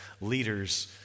leaders